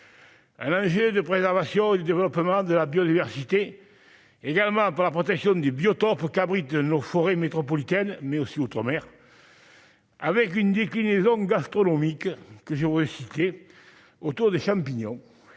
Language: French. juillet de préservation et le développement de la biodiversité, également pour la protection du biotope cabri de nos forêts métropolitaine mais aussi Outre-Mer. Avec une déclinaison gastronomique que j'aimerais situer autour des champignons